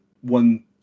one